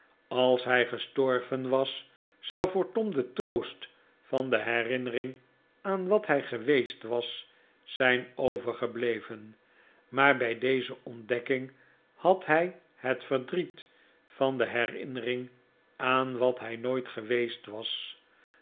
als hij gestorven was zou voor tom de troost van de herinnering aan wat hij ge weest was zijn overgebleven maar bij deze ontdekking had hij het verdriet van de herinnering aan wat hij nooit geweest was